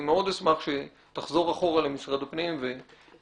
אני מאוד אשמח שתחזור אחורה למשרד הפנים ויחד